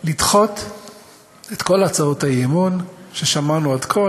לדחות את כל הצעות האי-אמון ששמענו עד כה.